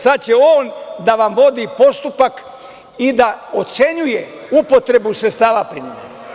Sad će on da vam vodi postupak i da ocenjuje upotrebu sredstava primene.